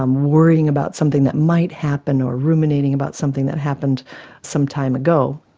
um worrying about something that might happen or ruminating about something that happened some time ago.